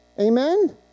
Amen